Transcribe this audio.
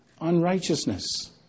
unrighteousness